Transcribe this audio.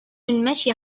المشي